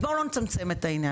בואו לא נצמצם את העניין.